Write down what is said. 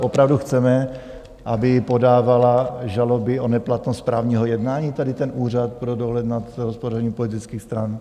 Opravdu chceme, aby podával žaloby o neplatnosti právního jednání tady ten Úřad pro dohled nad hospodařením politických stran?